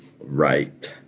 right